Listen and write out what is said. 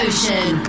Ocean